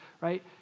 right